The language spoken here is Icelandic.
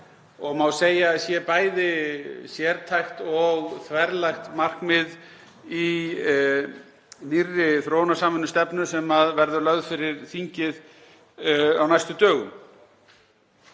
og má segja að það sé bæði sértækt og þverlægt markmið í nýrri þróunarsamvinnustefnu sem verður lögð fyrir þingið á næstu dögum.